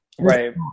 Right